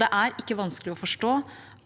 Det er ikke vanskelig å forstå